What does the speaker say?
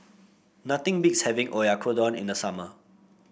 nothing beats having Oyakodon in the summer